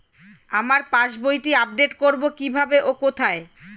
আমার পাস বইটি আপ্ডেট কোরবো কীভাবে ও কোথায়?